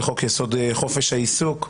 וחוק יסוד: חופש העיסוק,